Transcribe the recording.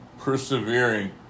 persevering